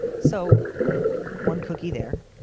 so one cookie there,